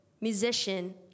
musician